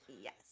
Yes